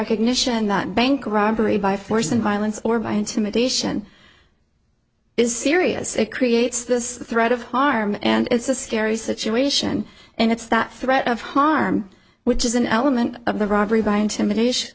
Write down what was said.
recognition that bank robbery by force and violence or by intimidation is serious it creates this threat of harm and it's a scary situation and it's that threat of harm which is an element of the robbery by intimidation